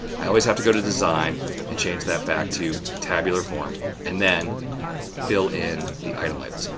i always have to go to design and change that back to tabular form and then fill in the item labels,